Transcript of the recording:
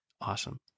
Awesome